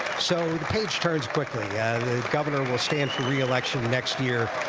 so the page turns quickly. yeah the governor will stand for re-election next year.